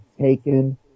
taken